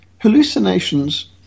hallucinations